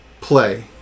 play